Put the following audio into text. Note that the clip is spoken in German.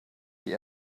die